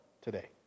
today